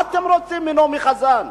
מה אתם רוצים מנעמי חזן?